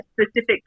specific